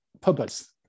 purpose